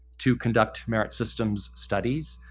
to conduct merit systems studies.